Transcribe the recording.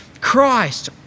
Christ